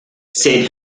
said